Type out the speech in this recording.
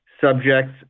subjects